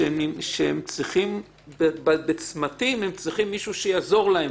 שהם צריכים בצמתים מישהו שיעזור להם